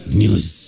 news